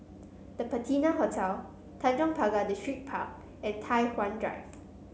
The Patina Hotel Tanjong Pagar Distripark and Tai Hwan Drive